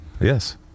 Yes